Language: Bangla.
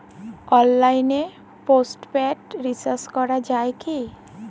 অনলাইনে পোস্টপেড রির্চাজ করা যায় কি?